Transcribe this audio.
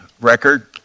record